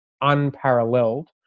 unparalleled